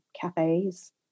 cafes